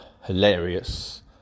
hilarious